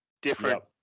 different